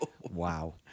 Wow